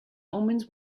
omens